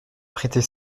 prêter